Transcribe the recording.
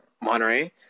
Monterey